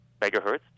megahertz